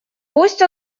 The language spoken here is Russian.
пусть